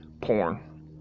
porn